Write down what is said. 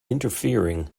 interfering